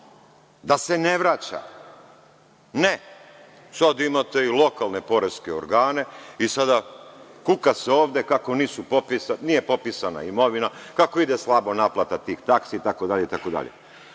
da se ne vraća. Ne, sada imate i lokalne poreske organe i sada se kuka ovde kako nije popisana imovina, kako ide slabo naplata tih taksi itd. Samo